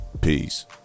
peace